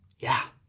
yeah.